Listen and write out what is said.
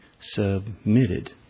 submitted